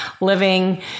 living